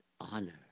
honor